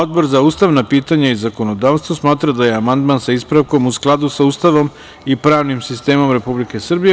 Odbor za ustavna pitanja i zakonodavstvo smatra da je amandman sa ispravkom u skladu sa Ustavom i pravnim sistemom Republike Srbije.